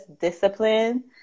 discipline